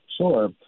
Sure